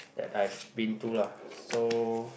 that I've been to lah so